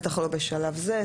בטח לא בשלב זה,